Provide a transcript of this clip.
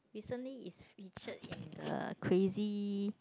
recently is featured in the Crazy